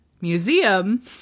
Museum